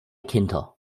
kinder